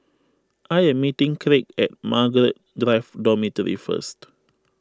I am meeting Craig at Margaret Drive Dormitory first